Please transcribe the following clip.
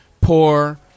poor